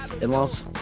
in-laws